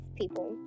people